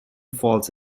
falls